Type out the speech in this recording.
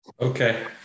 Okay